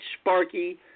Sparky